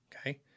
Okay